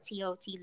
TOT